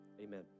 Amen